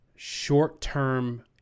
short-term